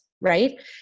right